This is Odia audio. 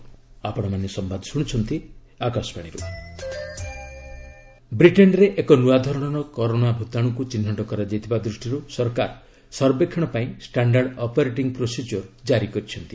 ଗଭ୍ ସର୍ଭେଲ୍ୟାନ୍ସ ଏସ୍ଓପି ବ୍ରିଟେନ୍ରେ ଏକ ନୂଆ ଧରଣର କରୋନା ଭୂତାଣୁକୁ ଚିହ୍ନଟ କରାଯାଇଥିବା ଦୃଷ୍ଟିରୁ ସରକାର ସର୍ବେକ୍ଷଣ ପାଇଁ ଷ୍ଟାଣ୍ଡାର୍ଡ୍ ଅପରେଟିଂ ପ୍ରୋସିଜିଓର ଜାରି କରିଛନ୍ତି